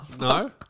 No